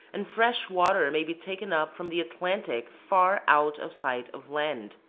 and fresh water may be taken up from the atlantic far out of sight of land.